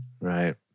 Right